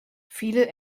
viele